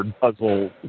puzzle